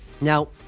Now